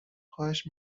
خواهش